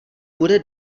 bude